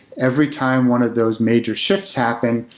every time one of those major shifts happen,